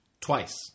twice